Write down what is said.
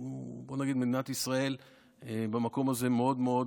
בוא נגיד שלמדינת ישראל במקום הזה מאוד מאוד